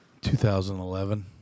2011